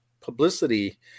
publicity